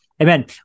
Amen